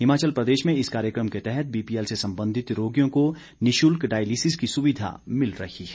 हिमाचल प्रदेश में इस कार्यक्रम के तहत बीपीएल से संबधित रोगियों को निशुल्क डायलिसिल की सुविधा मिल रही है